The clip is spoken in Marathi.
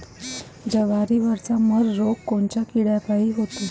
जवारीवरचा मर रोग कोनच्या किड्यापायी होते?